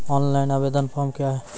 Online आवेदन form क्या हैं?